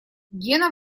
гена